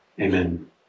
Amen